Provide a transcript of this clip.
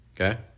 Okay